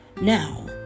Now